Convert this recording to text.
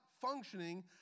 functioning